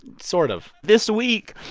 sort of this week,